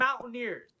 Mountaineers